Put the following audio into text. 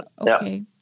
Okay